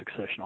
successional